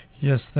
Yes